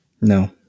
No